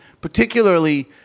particularly